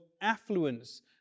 affluence